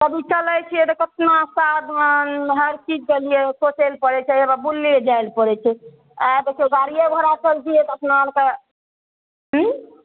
कभी चलय छियै तऽ कितना साधन हर चीजके लिये सोचय लऽ पड़य छै हेबेए बुलाबै लए जाइ लऽ पड़य छै आओर देखियौ गाड़ियो घोड़ा चलतियै तऽ अपना आरके हूँ